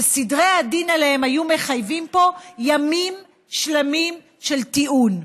שסדרי הדין עליהם היו מחייבים פה ימים שלמים של טיעון.